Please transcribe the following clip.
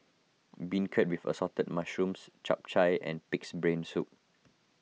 Beancurd with Assorted Mushrooms Chap Chai and Pig's Brain Soup